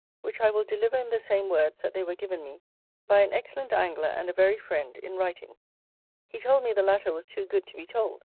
which i will deliver in the same words that they were given me by an excellent angler and a very friend, in writing he told me the latter was too good to be told,